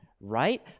right